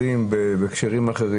אז היה צריך לדחות את זה בשתי ידיים.